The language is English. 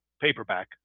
paperback